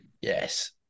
Yes